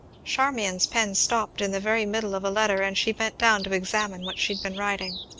charmian's pen stopped in the very middle of a letter, and she bent down to examine what she had been writing.